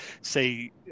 say